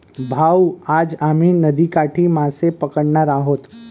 भाऊ, आज आम्ही नदीकाठी मासे पकडणार आहोत